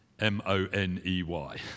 M-O-N-E-Y